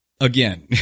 again